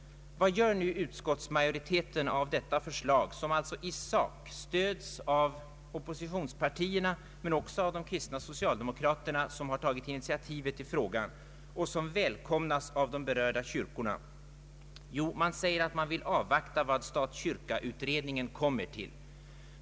Vad gör nu utskottsmajoriteten av detta förslag, som alltså i sak stöds av oppositionspartierna men också av de kristna socialdemokraterna som har tagit initiativet i frågan, ett förslag som välkomnas av de berörda kyrkorna? Jo, utskottet säger att det förslag som är att vänta från beredningen stat—kyrka bör avvaktas.